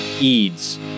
Eads